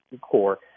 core